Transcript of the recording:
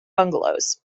bungalows